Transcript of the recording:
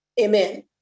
amen